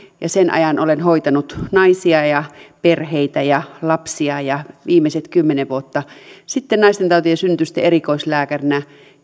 sen ajan olen hoitanut naisia ja perheitä ja lapsia viimeiset kymmenen vuotta naistentautien ja synnytysten erikoislääkärinä